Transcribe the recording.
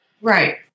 Right